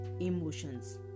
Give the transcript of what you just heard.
emotions